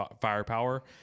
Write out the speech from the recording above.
firepower